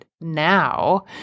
now